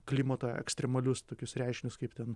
klimatą ekstremalius tokius reiškinius kaip ten